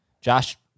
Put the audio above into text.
Josh